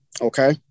Okay